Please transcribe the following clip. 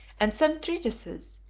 and some treatises,